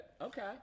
Okay